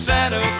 Santa